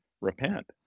repent